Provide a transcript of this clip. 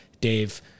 Dave